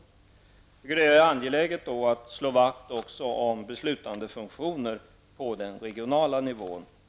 Jag anser att det också är angeläget att slå vakt om beslutandefunktionen på den regionala nivån.